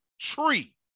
Tree